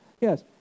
Yes